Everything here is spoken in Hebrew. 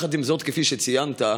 עם זאת, כפי שציינת,